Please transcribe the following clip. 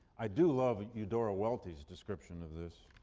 i do love eudora welty's description of this.